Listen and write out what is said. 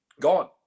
Gone